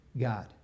God